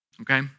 Okay